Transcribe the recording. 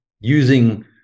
using